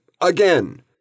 again